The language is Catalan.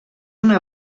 una